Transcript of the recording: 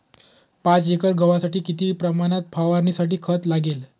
पाच एकर गव्हासाठी किती प्रमाणात फवारणीसाठी खत लागेल?